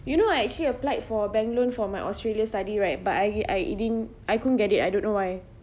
you know I actually applied for a bank loan for my australian study right but I I didn't I couldn't get it I don't know why